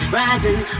rising